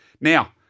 Now